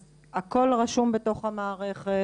אז הכל רשום בתוך המערכת,